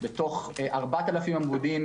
בתוך 4,000 עמודים,